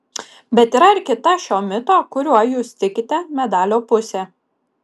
bet yra ir kita šio mito kuriuo jūs tikite medalio pusė